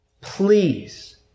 Please